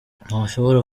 ntashobora